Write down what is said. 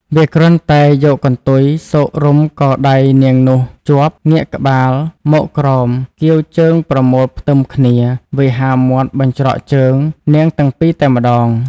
វាគ្រាន់តែយកកន្ទុយស៊ករុំក៏ដៃនាងនោះជាប់ងាកក្បាលមកក្រោមកៀវជើងប្រមូលផ្ទឹមគ្នា វាហារមាត់បញ្ច្រកជើង នាងទាំងពីរតែម្ដង។